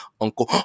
Uncle